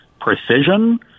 precision